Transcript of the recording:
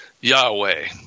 Yahweh